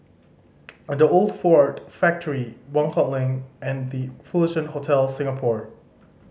The Old Ford Factory Buangkok Link and The Fullerton Hotel Singapore